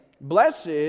Blessed